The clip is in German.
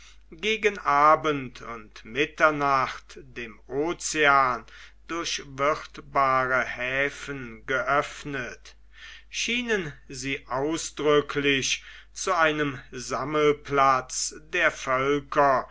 gegen abend und mitternacht dem ocean durch wirthbare häfen geöffnet schienen sie ausdrücklich zu einem sammelplatz der völker